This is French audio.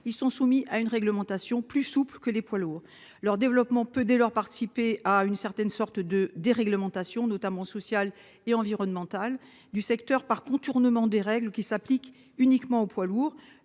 Ils sont soumis à une réglementation plus souple que les poids lourds leur développement peut dès lors, participer à une certaine sorte de déréglementation notamment sociales et environnementales du secteur par contournement des règles qui s'appliquent uniquement aux poids lourds,